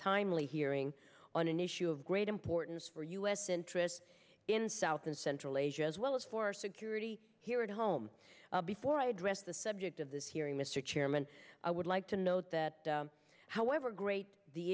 timely hearing on an issue of great importance for u s interests in south and central asia as well as for our security here at home before i address the subject of this hearing mr chairman i would like to note that however great the